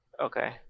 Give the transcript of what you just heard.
Okay